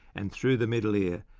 and through the middle ear,